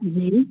जी